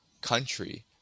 country